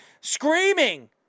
screaming